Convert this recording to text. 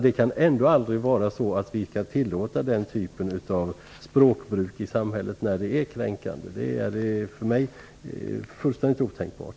Det kan aldrig vara rätt att tillåta ett språkbruk i samhället som är kränkande. Det är för mig fullständigt otänkbart.